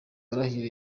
arahirira